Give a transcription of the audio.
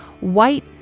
white